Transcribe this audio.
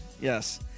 yes